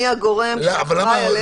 מי הגורם האחראי.